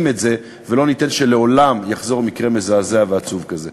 את זה ולא ניתן לעולם שיחזור מקרה מזעזע ועצוב כזה.